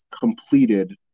completed